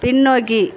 பின்னோக்கி